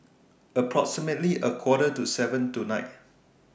approximately A Quarter to seven tonight